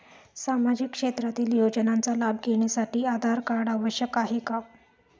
सामाजिक क्षेत्रातील योजनांचा लाभ घेण्यासाठी आधार कार्ड आवश्यक आहे का?